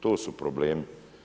To su problemi.